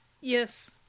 Yes